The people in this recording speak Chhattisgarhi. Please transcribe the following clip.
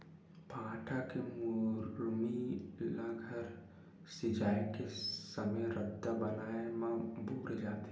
भाठा के मुरमी ल घर सिरजाए के समे रद्दा बनाए म बउरे जाथे